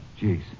Jeez